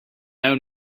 own